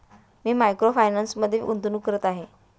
मी micro फायनान्समध्ये गुंतवणूक करत आहे